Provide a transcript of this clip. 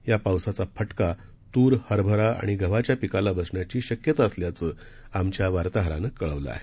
या पावसाचा फटका तूर हरभरा आणि गव्हाच्या पिकाला बसण्याची शक्यता असल्याचं आमच्या वार्ताहरानं कळवलं आहे